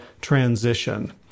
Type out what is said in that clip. Transition